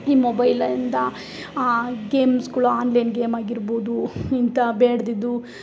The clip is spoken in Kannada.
ಈ ಮೊಬೈಲಿಂದ ಗೇಮ್ಸ್ಗಳು ಆನ್ಲೈನ್ ಗೇಮ್ ಆಗಿರ್ಬೋದು ಇಂಥ ಬೇಡದಿದ್ದು